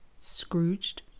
Scrooged